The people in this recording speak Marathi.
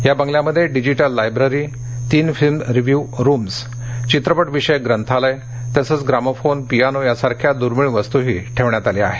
या बंगल्यामध्ये डिजिटल लायब्री तीन फिल्म रिव्हृ रूम धित्रपट विषयक ग्रंथालय तसंघ ग्रामोफोन पियानो यासारख्या दूर्मिळ वस्तूही ठेवण्यात आल्या आहेत